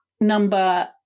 number